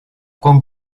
con